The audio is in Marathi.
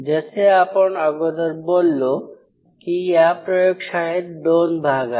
जसे आपण अगोदर बोललो की या प्रयोगशाळेत दोन भाग आहे